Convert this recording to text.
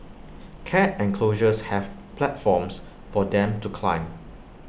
cat enclosures have platforms for them to climb